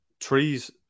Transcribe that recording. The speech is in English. trees